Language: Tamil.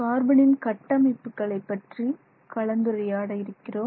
கார்பனின் கட்டமைப்புகளை பற்றி கலந்துரையாட இருக்கிறோம்